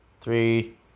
three